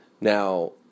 Now